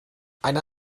eine